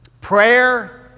prayer